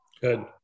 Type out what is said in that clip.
Good